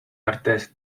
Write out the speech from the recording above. artes